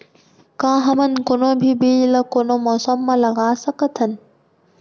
का हमन कोनो भी बीज ला कोनो मौसम म लगा सकथन?